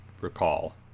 recall